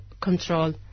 control